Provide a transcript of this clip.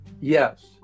Yes